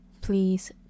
please